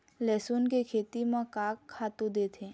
लेसुन के खेती म का खातू देथे?